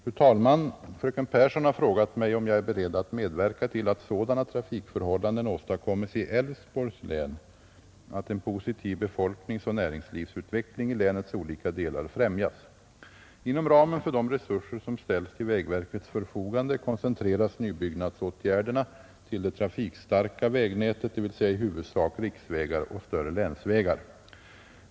Fru talman! Fröken Pehrsson har frågat mig, om jag är beredd att medverka till att sådana trafikförhållanden åstadkommes i Älvsborgs län att en positiv befolkningsoch näringslivsutveckling i länets olika delar främjas. Inom ramen för de resurser som ställs till vägverkets förfogande koncentreras nybyggnadsåtgärderna till det trafikstarka vägnätet, dvs. i huvudsak riksvägar och större länsvägar.